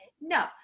No